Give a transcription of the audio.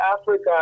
Africa